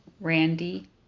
Randy